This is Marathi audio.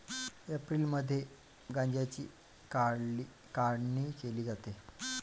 एप्रिल मे मध्ये गांजाची काढणी केली जाते